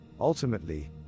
Ultimately